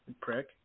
prick